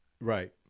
Right